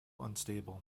unstable